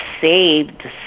saved